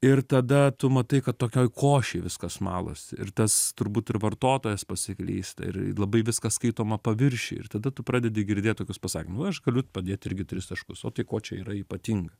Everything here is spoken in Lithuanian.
ir tada tu matai kad tokioj košėj viskas malasi ir tas turbūt ir vartotojas pasiklysta ir labai viskas skaitoma paviršiuj ir tada tu pradedi girdėt tokius pasakymus nu aš galiu padėt irgi tris taškus o tai kuo čia yra ypatinga